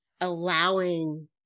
allowing